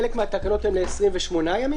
חלק מהתקנות הן ל-28 ימים,